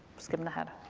skipping ahead.